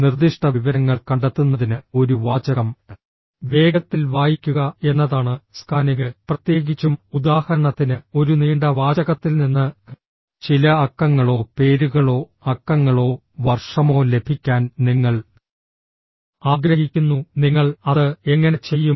നിർദ്ദിഷ്ട വിവരങ്ങൾ കണ്ടെത്തുന്നതിന് ഒരു വാചകം വേഗത്തിൽ വായിക്കുക എന്നതാണ് സ്കാനിംഗ് പ്രത്യേകിച്ചും ഉദാഹരണത്തിന് ഒരു നീണ്ട വാചകത്തിൽ നിന്ന് ചില അക്കങ്ങളോ പേരുകളോ അക്കങ്ങളോ വർഷമോ ലഭിക്കാൻ നിങ്ങൾ ആഗ്രഹിക്കുന്നു നിങ്ങൾ അത് എങ്ങനെ ചെയ്യും